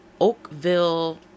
Oakville